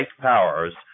powers